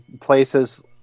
places